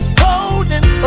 holding